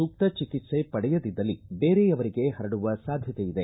ಸೂಕ್ತ ಚಿಕಿತ್ಲೆ ಪಡೆಯದಿದ್ದಲ್ಲಿ ಬೇರೆಯವರಿಗೆ ಹರಡುವ ಸಾಧ್ಯತೆ ಇದೆ